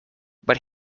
but